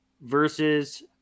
versus